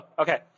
Okay